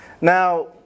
Now